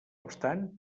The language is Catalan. obstant